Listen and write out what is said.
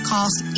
Cost